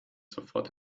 sofort